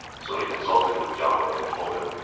so he consulted with jiang wei, who told him,